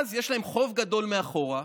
אז יש להן חוב גדול מאחורה,